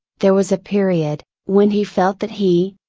there was a period, when he felt that he,